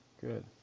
good